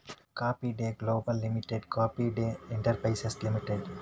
coffee Day Global ಲಿಮಿಟೆಡ್ನ Coffee Day Enterprises limited